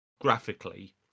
graphically